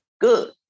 Good